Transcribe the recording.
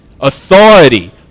Authority